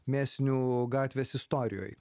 mėsinių gatvės istorijoj